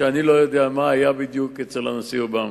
אני לא יודע מה היה בדיוק אצל הנשיא אובמה,